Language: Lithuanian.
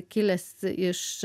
kilęs iš